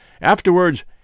Afterwards